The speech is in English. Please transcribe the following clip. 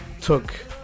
took